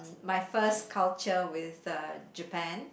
my first culture with the Japan